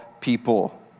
people